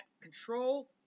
control